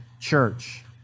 church